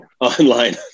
online